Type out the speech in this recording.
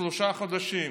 שלושה חודשים,